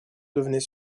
devenait